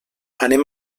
anem